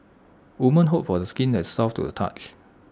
women hope for the skin that is soft to the touch